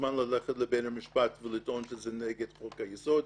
מוזמן ללכת לבית המשפט ולטעון שזה נגד חוק היסוד.